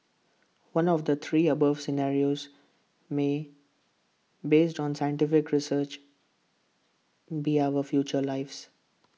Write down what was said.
one of the three above scenarios may based on scientific research be our future lives